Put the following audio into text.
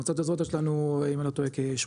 במועצות האזורית יש לנו אם אני לא טועה כ-800,